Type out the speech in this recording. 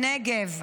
הנגב,